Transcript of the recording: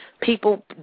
people